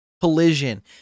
collision